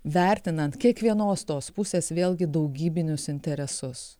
vertinant kiekvienos tos pusės vėl gi daugybinius interesus